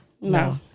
No